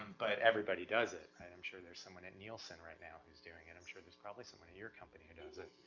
but everybody does it. i'm sure there's someone at nielsen right now who's doing it. i'm sure there's probably someone in your company who does it.